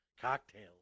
cocktails